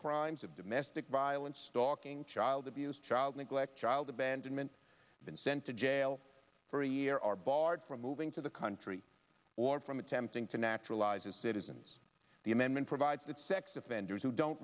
crimes of domestic violence talking child abuse child neglect child abandonment then sent to jail for a year are barred from moving to the country or from attempting to naturalized as citizens the amendment provides that sex offenders who don't